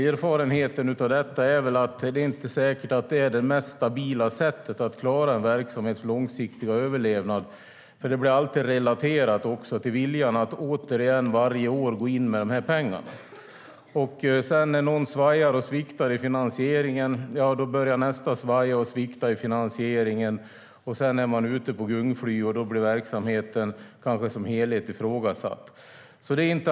Erfarenheten från detta är att det inte är säkert att det är det mest stabila sättet att klara en verksamhets långsiktiga överlevnad. Det blir alltid relaterat till viljan att åter gå in med pengar varje år. När någon svajar och sviktar i finansieringen börjar nästa också göra det. Sedan är man ute på ett gungfly, och då blir kanske verksamheten som helhet ifrågasatt.